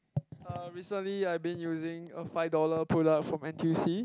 uh recently I've been using a five dollar product from n_t_u_c